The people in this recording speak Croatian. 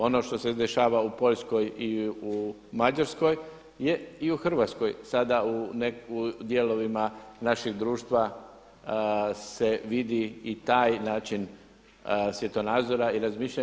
Ono što se dešava u Poljskoj i u Mađarskoj je i u Hrvatskoj sada u dijelovima našeg društva se vidi i taj način svjetonazora i razmišljanja.